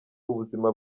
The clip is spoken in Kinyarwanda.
ubuzima